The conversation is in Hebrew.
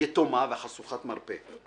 יתומה וחשוכת מרפא.